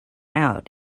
out